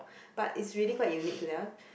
but it's really quite unique to them